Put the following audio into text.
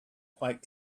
quite